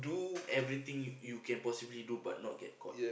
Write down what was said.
everything you you can possibly do but not get caught